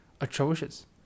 atrocious